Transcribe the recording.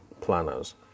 planners